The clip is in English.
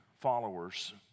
followers